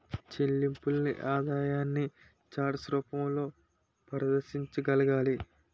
చెల్లింపుల్ని ఆదాయాన్ని చార్ట్ రూపంలో ప్రదర్శించగలగాలి